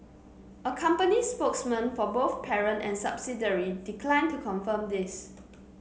a company spokesman for both parent and subsidiary declined to confirm this